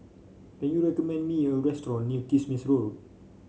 can you recommend me a restaurant near Kismis Road